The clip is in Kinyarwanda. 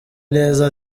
neza